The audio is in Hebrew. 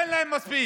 אין להם מספיק.